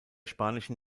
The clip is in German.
spanischen